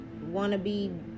wannabe